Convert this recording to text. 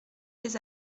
les